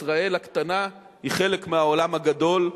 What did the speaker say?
ישראל הקטנה היא חלק מהעולם הגדול,